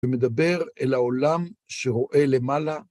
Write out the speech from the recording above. ומדבר אל העולם שרואה למעלה.